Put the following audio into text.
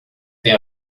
tem